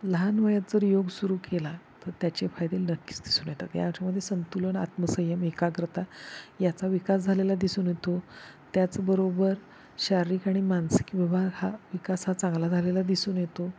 लहान वयात जर योग सुरू केला तर त्याचे फायदे नक्कीच दिसून येतात याच्यामध्ये संतुलन आत्मसंयम एकाग्रता याचा विकास झालेला दिसून येतो त्याचबरोबर शारीरिक आणि मानसिक विभाग हा विकास हा चांगला झालेला दिसून येतो